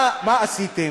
מה עשיתם?